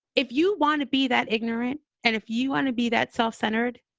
if you want to be that ignorant and if you want to be that self-centered,